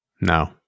No